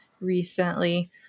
recently